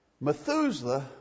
Methuselah